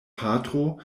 patro